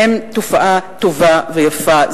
הם תופעה טובה ויפה.